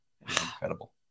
Incredible